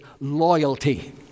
loyalty